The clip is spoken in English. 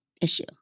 issue